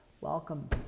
Welcome